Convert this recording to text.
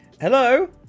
Hello